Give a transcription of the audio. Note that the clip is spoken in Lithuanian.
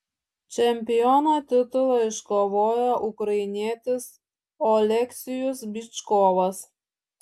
čempiono titulą iškovojo ukrainietis oleksijus byčkovas